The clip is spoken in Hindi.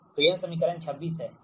तो यह समीकरण 26 है